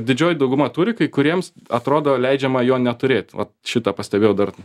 didžioji dauguma turi kai kuriems atrodo leidžiama jo neturėt va šitą pastebėjau dar